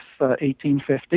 1850